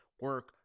Work